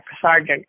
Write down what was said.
Sergeant